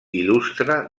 il·lustre